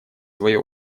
свое